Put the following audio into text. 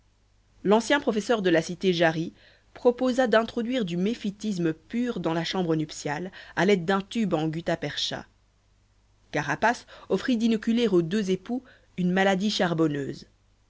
l'ancien professeur de la cité jarie proposa d'introduire du méphitisme pur dans la chambre nuptiale à l'aide d'un tube en gutta-percha carapace offrit d'inoculer aux deux époux une maladie charbonneuse